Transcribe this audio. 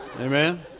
Amen